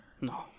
No